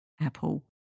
apple